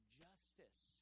justice